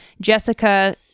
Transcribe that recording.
Jessica